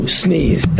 sneeze